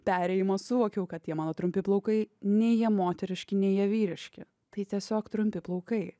perėjimo suvokiau kad tie mano trumpi plaukai nei jie moteriški nei jie vyriški tai tiesiog trumpi plaukai